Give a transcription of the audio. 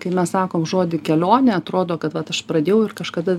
kai mes sakom žodį kelionė atrodo kad vat aš pradėjau ir kažkada